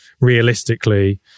realistically